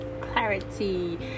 clarity